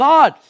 God